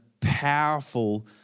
powerful